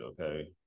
Okay